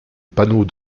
panneaux